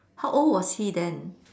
how old was he then